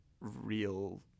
real